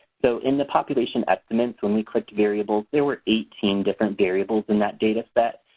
so in the population estimates when we clicked variables there were eighteen different variables in that data set,